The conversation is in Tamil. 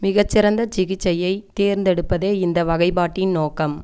மிகச்சிறந்த சிகிச்சையைத் தேர்ந்தெடுப்பதே இந்த வகைப்பாட்டின் நோக்கம்